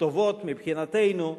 הוא חתנו של נשיא המדינה.